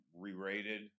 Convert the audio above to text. re-rated